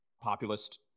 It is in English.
populist